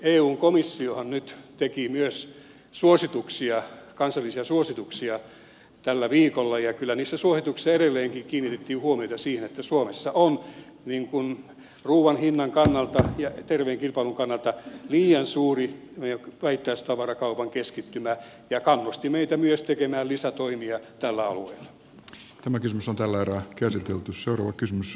eun komissiohan nyt teki myös suosituksia kansallisia suosituksia tällä viikolla ja kyllä niissä suosituksissa edelleenkin kiinnitettiin huomiota siihen että suomessa on ruuan hinnan kannalta ja terveen kilpailun kannalta liian suuri meidän vähittäistavarakaupan keskittymä ja eun komissio kannusti meitä myös tekemään lisätoimia tällä alueella